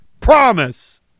Promise